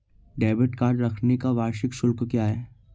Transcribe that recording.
Debit card रखने का वार्षिक शुल्क क्या है?